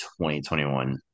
2021